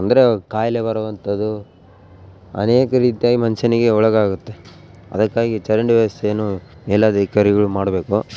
ಅಂದರೆ ಖಾಯಿಲೆ ಬರುವಂಥದ್ದು ಅನೇಕ ರೀತಿಯಾಗಿ ಮನುಷ್ಯನಿಗೆ ಒಳಗಾಗತ್ತೆ ಅದಕ್ಕಾಗಿ ಚರಂಡಿ ವ್ಯವಸ್ಥೆಯನ್ನು ಮೇಲಧಿಕಾರಿಗಳು ಮಾಡಬೇಕು